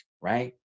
right